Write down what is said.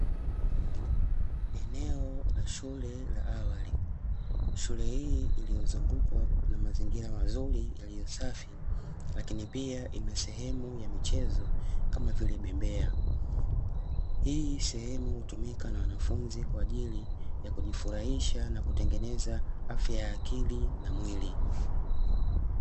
Eneo la shule la awali, shule hii iliyozungukwa na mazingira mazuri yaliyo safi, lakini pia ina sehemu ya michezo kama vile bembea, hii sehemu hutumika na wanafunzi kwa ajili ya kujifurahisha na kutengeneza afya ya akili na mwili.